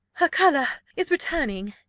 her colour is returning,